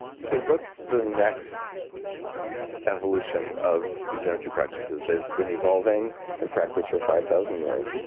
so what's the next evolution of these energy practices? they've been evolving in practice for five thousand years.